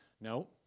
no